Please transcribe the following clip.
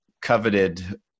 coveted